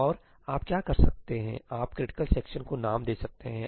और आप क्या कर सकते हैं आप क्रिटिकल सेक्शन को नाम दे सकते हैं